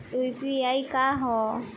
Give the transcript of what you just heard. UPI का ह?